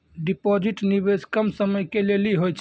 Deposit निवेश कम समय के लेली होय छै?